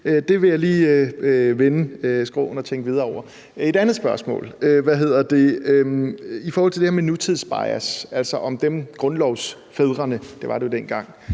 der vil jeg lige vende skråen og tænke videre over det. I forhold til det her med nutidsbias, altså om grundlovsfædrene – det var det jo dengang